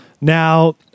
Now